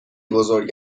بزرگ